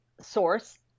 source